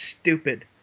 stupid